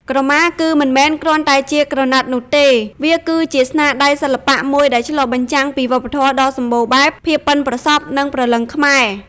ក្រមាគឺមិនមែនគ្រាន់តែជាក្រណាត់នោះទេ វាគឺជា ស្នាដៃសិល្បៈមួយដែលឆ្លុះបញ្ចាំងពីវប្បធម៌ដ៏សម្បូរបែប ភាពប៉ិនប្រសប់ និងព្រលឹងខ្មែរ។